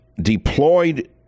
deployed